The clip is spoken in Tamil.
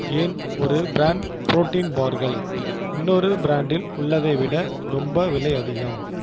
ஏன் ஒரு பிராண்ட் புரோட்டின் பார்கள் இன்னொரு பிராண்டில் உள்ளதை விட ரொம்ப விலை அதிகம்